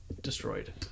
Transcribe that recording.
destroyed